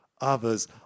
others